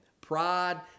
Pride